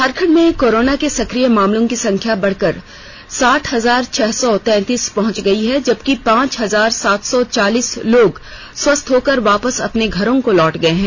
झारखंड में कोरोना के सक्रिय मामलों की संख्या बढ़कर साठ हजार छह सौ तैंतीस पहुंच गई है जबकि पांच हजार सात सौ चालीस लोग स्वस्थ होकर वापस अपने घरों को लौटे हैं